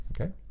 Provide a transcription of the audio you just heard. Okay